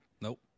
Nope